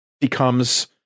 becomes